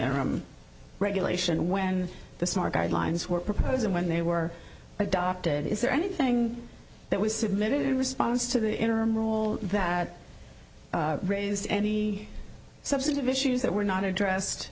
interim regulation when the smart guidelines were proposed and when they were adopted is there anything that was submitted in response to the interim rule that raised any substantive issues that were not addressed